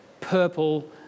purple